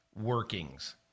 workings